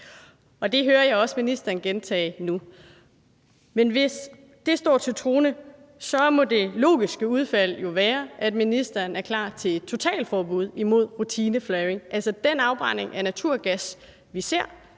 Og det hører jeg også ministeren gentage nu. Men hvis det står til troende, må det logiske udfald jo være, at ministeren er klar til et totalforbud mod rutineflaring, altså den afbrænding af naturgas, vi ser,